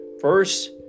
First